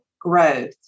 growth